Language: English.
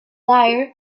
tired